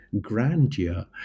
grandeur